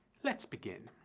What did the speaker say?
let's begin.